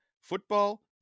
football